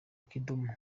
kidumu